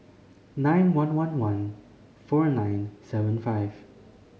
nine one one one four nine seven five